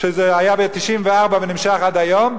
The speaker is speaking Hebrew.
שזה היה ב-1994 ונמשך עד היום,